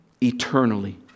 eternally